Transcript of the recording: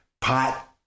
pot